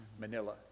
Manila